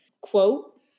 quote